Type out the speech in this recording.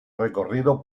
recorrido